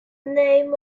name